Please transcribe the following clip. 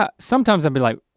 um sometimes i'd be like,